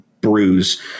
bruise